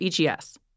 EGS